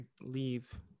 leave